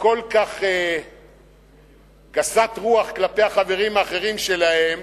הכל-כך גסת רוח כלפי החברים האחרים שלהם,